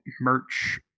merch